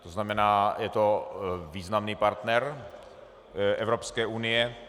To znamená, je to významný partner Evropské unie.